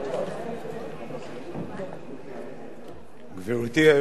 גברתי היושבת-ראש, כנסת נכבדה,